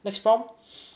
next prompt